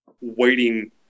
waiting